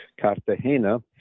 Cartagena